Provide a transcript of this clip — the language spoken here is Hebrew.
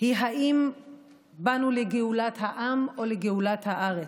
היא אם באנו לגאולת העם או לגאולת הארץ.